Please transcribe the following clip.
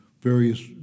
various